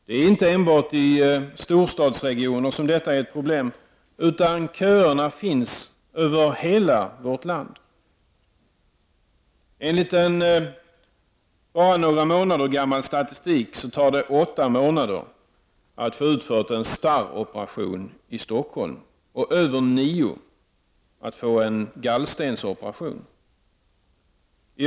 Det är inte enbart i storstadsregioner som detta är ett problem, utan köerna finns över hela vårt land. Enligt en bara några månader gammal statistik tar det åtta månader för att få en starroperation utförd i Stockholm och över nio månader för att få en gallstensoperation utförd.